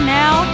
now